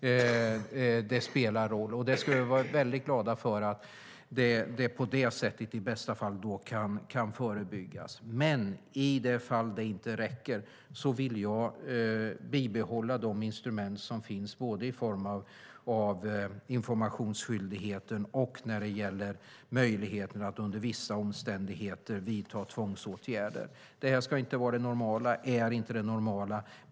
De spelar roll, och vi ska vara väldigt glada om det är det bästa sättet att förebygga. Men i de fall det inte räcker vill jag bibehålla de instrument som finns i form av både informationsskyldigheten och möjligheten att under vissa omständigheter vidta tvångsåtgärder. Det ska inte vara, och är inte, det normala.